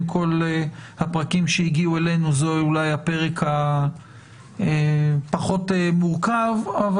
כל הפרקים שהגיעו אלינו זה אולי הפרק הפחות מורכב אבל